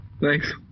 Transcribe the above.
Thanks